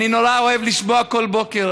אני נורא אוהב לשמוע בכל בוקר,